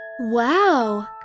Wow